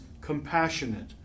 compassionate